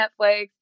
Netflix